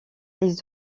les